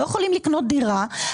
לא יכולים לקנות דירה,